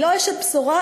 אני לא אשת בשורה,